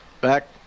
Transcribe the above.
back